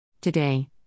Today